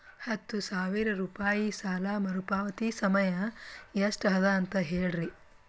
ಹತ್ತು ಸಾವಿರ ರೂಪಾಯಿ ಸಾಲ ಮರುಪಾವತಿ ಸಮಯ ಎಷ್ಟ ಅದ ಅಂತ ಹೇಳರಿ?